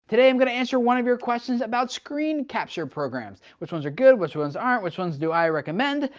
today i'm going to answer one of your questions about scree capture programs. which ones are good? which ones aren't? which ones do i recommend?